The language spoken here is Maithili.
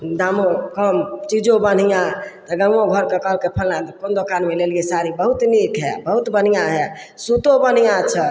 दामो कम चीजो बढ़िआँ गामो घरके कहलकै फलाँ कोन दोकानमे लेलियै साड़ी बहुत नीक हइ बहुत बढ़िआँ हइ सूतो बढ़िआँ छै